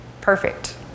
Perfect